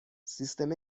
سیستم